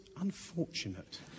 unfortunate